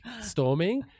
storming